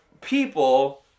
people